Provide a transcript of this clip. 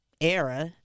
era